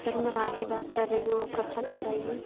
sir मैं राखी बात कर रही हूँ आप कब तक आ रहे हैं